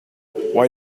why